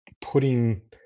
putting